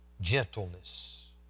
gentleness